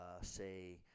say